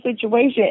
situation